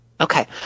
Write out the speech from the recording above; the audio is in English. Okay